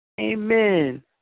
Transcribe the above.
Amen